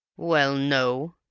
well no!